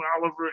Oliver